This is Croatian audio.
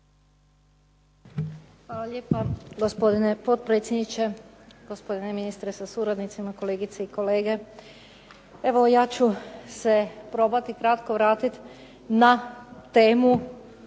Hvala lijepo gospodine potpredsjedniče, gospodine ministre sa suradnicima, kolegice i kolege. Evo ja ću se probati kratko vratiti na temu